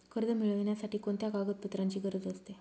कर्ज मिळविण्यासाठी कोणत्या कागदपत्रांची गरज असते?